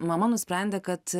mama nusprendė kad